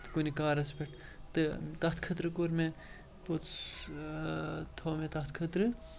تہٕ کُنہِ کارَس پٮ۪ٹھ تہٕ تَتھ خٲطرٕ کوٚر مےٚ پوٚتُس تھوٚو مےٚ تَتھ خٲطرٕ